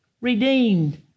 redeemed